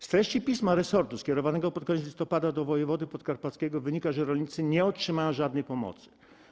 Z treści pisma resortu skierowanego pod koniec listopada do wojewody podkarpackiego wynika, że rolnicy nie otrzymają żadnej pomocy.